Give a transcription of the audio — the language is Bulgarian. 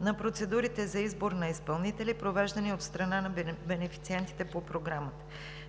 на процедурите за избор на изпълнители, провеждани от страна на бенефициентите по Програмата.